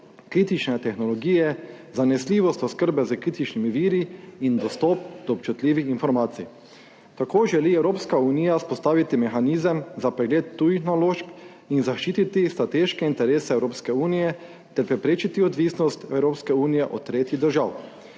kritične tehnologije, zanesljivost oskrbe s kritičnimi viri in dostop do občutljivih informacij. Tako želi Evropska unija vzpostaviti mehanizem za pregled tujih naložb in zaščititi strateške interese Evropske unije ter preprečiti odvisnost Evropske unije od tretjih držav.